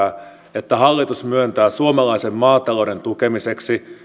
että hallitus myöntää suomalaisen maatalouden tukemiseksi